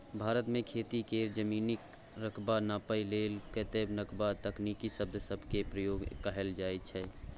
भारत मे खेती केर जमीनक रकबा नापइ लेल कतेको नबका तकनीकी शब्द सब केर प्रयोग कएल जाइ छै